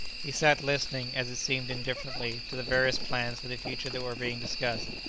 he sat listening, as it seemed indifferently, to the various plans for the future that were being discussed,